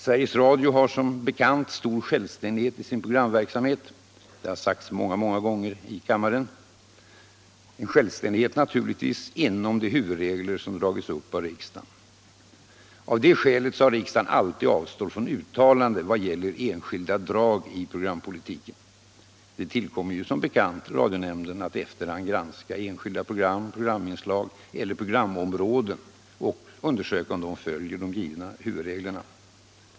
Sveriges Radio har som bekant - det har sagts många gånger i kammaren — stor självständighet i sin programverksamhet, dvs. en självständighet inom de huvudregler som dragits upp av riksdagen. Av det skälet har riksdagen alltid avstått från uttalanden vad: gäller enskilda drag i programpolitiken. Det tillkommer som bekant radionämnden att i efterhand granska enskilda program, programinstag eller programområden och undersöka om de följer de givna huvudreglerna.